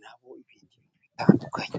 na bo ibindi bintu bitandukanye.